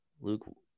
Luke